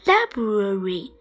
Library